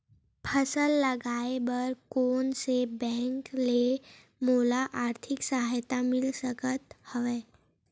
फसल लगाये बर कोन से बैंक ले मोला आर्थिक सहायता मिल सकत हवय?